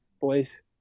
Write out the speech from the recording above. boys